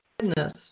Goodness